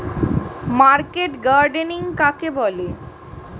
Market gardening কাকে বলে?